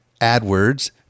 AdWords